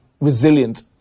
resilient